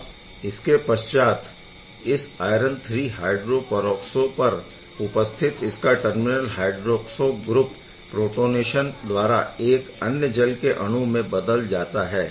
अब इसके पश्चात इस आयरन III हायड्रोपरऑक्सो पर उपस्थित इसका टर्मिनल हायड्रोक्सो ग्रुप प्रोटोनेशन द्वारा एक अन्य जल के अणु में बदल जाता है